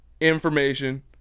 information